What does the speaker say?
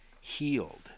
healed